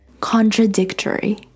Contradictory